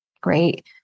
great